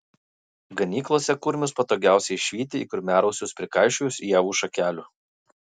ganyklose kurmius patogiausia išvyti į kurmiarausius prikaišiojus ievų šakelių